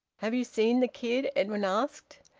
have you seen the kid? edwin asked.